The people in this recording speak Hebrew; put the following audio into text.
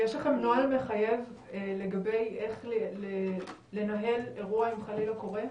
יש לכם נוהל מחייב לגבי איך לנהל אירוע אם חלילה קורה?